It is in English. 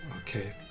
Okay